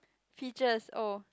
features oh